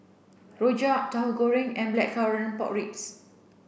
Rojak Tauhu Goreng and blackcurrant pork ribs